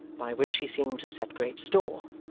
by which he seemed to set great store.